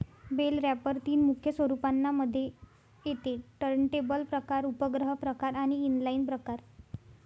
bell wrapper तीन मुख्य स्वरूपांना मध्ये येते टर्नटेबल प्रकार, उपग्रह प्रकार आणि इनलाईन प्रकार